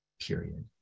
period